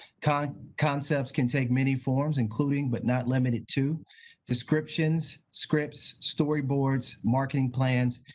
kind of concepts can take many forms, including but not limited to descriptions, scripps, story boards, marking plans,